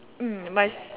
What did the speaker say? mm my s~